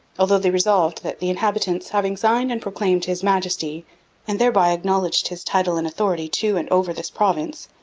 although they resolved that the inhabitants. having signed and proclaimed his majesty and thereby acknowledged his title and authority to and over this province,